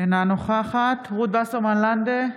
אינה נוכחת רות וסרמן לנדה,